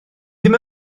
ddim